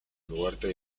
duarte